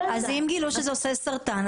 אם גילו שזה גורם לסרטן,